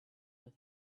with